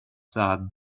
sagen